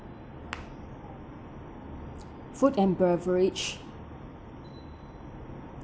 food and beverage